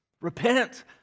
Repent